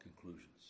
conclusions